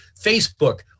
Facebook